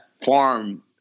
farm